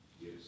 Yes